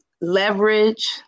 leverage